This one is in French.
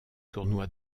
tournoi